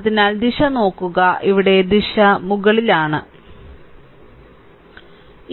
അതിനാൽ ദിശ നോക്കുക ഇവിടെ ദിശ മുകളിലേക്കാണ്